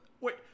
wait